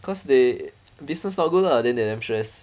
cause they business not good lah then they damn stress